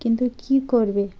কিন্তু কী করবে